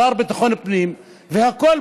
השר לביטחון הפנים והכולבו.